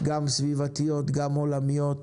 גם סביבתיות, גם עולמיות,